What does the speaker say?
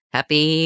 Happy